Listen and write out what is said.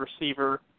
receiver